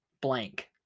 blank